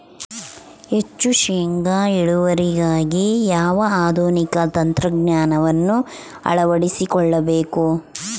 ಹೆಚ್ಚು ಶೇಂಗಾ ಇಳುವರಿಗಾಗಿ ಯಾವ ಆಧುನಿಕ ತಂತ್ರಜ್ಞಾನವನ್ನು ಅಳವಡಿಸಿಕೊಳ್ಳಬೇಕು?